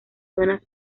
zonas